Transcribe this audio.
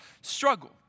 struggle